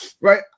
Right